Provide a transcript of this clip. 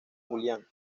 julián